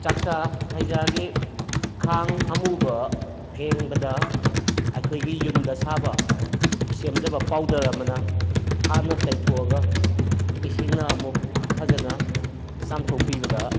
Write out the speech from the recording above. ꯆꯥꯛꯆꯥ ꯍꯩꯖꯥꯒꯤ ꯈꯥꯡ ꯑꯃꯨꯕ ꯐꯦꯡꯕꯗ ꯑꯩꯈꯣꯏꯒꯤ ꯌꯨꯝꯗ ꯁꯥꯕ ꯁꯦꯝꯖꯕ ꯄꯥꯎꯗꯔ ꯑꯃꯅ ꯍꯥꯟꯅ ꯇꯩꯊꯣꯛꯂꯒ ꯏꯁꯤꯡꯅ ꯑꯃꯨꯛ ꯐꯖꯅ ꯆꯥꯝꯊꯣꯛꯄꯤꯕꯗ